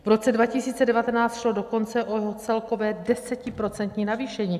V roce 2019 šlo dokonce o celkové desetiprocentní navýšení.